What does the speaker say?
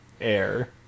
air